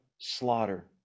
slaughter